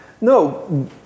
no